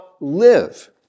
live